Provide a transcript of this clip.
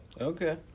Okay